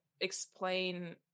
explain